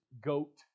goat